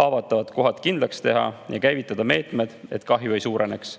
haavatavad kohad kindlaks teha ja käivitada meetmed, et kahju ei suureneks.